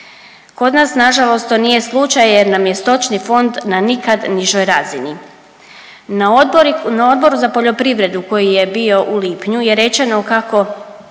Kod nas nažalost to nije slučaj jer nam je stočni fond na nikad nižoj razni. Na Odboru za poljoprivredu koji je bio u lipnju je rečeno kako